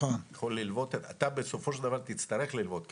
אתה יכול לוות --- אתה בסופו דבר תצטרך לוות כסף.